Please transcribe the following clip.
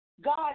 God